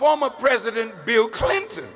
former president bill clinton